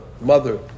mother